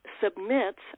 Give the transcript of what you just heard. submits